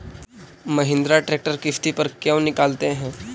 Mahindra tractor किसति पर क्यों निकालते हैं?